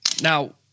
Now